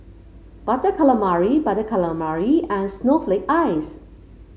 Butter Calamari Butter Calamari and Snowflake Ice